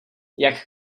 jak